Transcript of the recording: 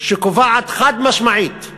שקובעת חד-משמעית,